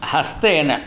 हस्तेन